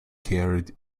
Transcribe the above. carried